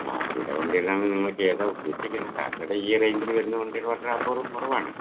വണ്ടികള് അല്ലാണ്ട് നിങ്ങൾക്ക് ഏതാണ് ഉദ്ദേശിക്കുന്നത് ടാറ്റയുടെ ഈ റേഞ്ചിൽ വരുന്ന വണ്ടികള് അത്ര അപൂർവം കുറവാണ്